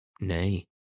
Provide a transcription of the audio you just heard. Nay